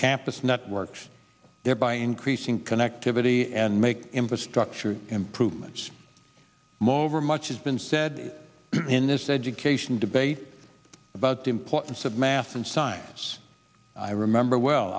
campus networks thereby increasing connectivity and make infrastructure improvements moreover much has been said in this education debate about the importance of math and science i remember well